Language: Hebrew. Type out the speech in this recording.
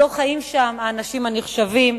לא חיים שם האנשים הנחשבים,